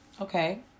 Okay